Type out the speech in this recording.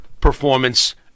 Performance